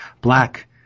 Black